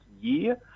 year